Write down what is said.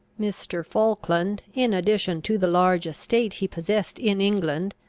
mr. falkland, in addition to the large estate he possessed in england,